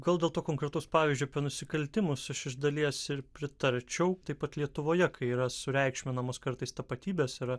gal dėl to konkretaus pavyzdžio nusikaltimus aš iš dalies ir pritarčiau taip pat lietuvoje kai yra sureikšminamos kartais tapatybės yra